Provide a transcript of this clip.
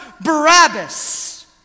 barabbas